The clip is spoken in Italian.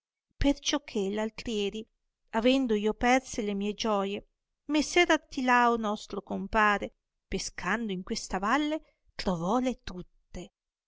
perdessimo perciò che l'altrieri avendo io perse le mie gioie messer artilao nostro compare pescando in questa valle troyòle tutte